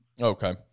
okay